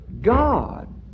God